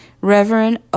Reverend